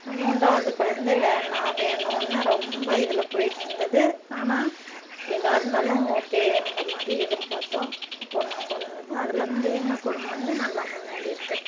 மூன்றாவது குழந்தை வேணாம் வேணுன்னு ரொம்ப இதில் போயிட்டு இருந்தது ஆனால் எதாக இருந்தாலும் ஓகேன்ற மாதிரி எதிர்பார்த்தோம் பொண்ணாக பிறந்தது அதில் இருந்து எங்கள் குடும்பம் வந்து நல்லா முன்னேறி இருக்குது